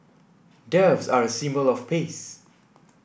doves are a symbol of peace